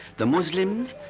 the muslims,